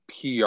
PR